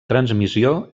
transmissió